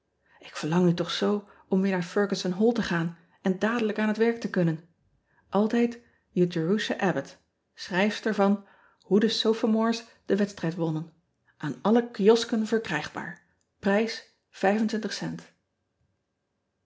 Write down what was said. k verlang nu toch zoo om weer naar ergussen all te gaan en dadelijk aan het werk te kunnen ltijd e erusha bbott schrijfster van oe de ophomores den wedstrijd wonnen an alle kiosken verkrijgbaar rijs